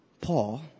Paul